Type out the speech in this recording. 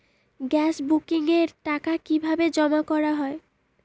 Gas বুকিংয়ের টাকা কিভাবে জমা করা হয়?